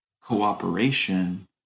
cooperation